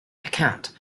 account